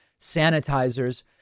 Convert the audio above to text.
sanitizers